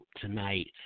tonight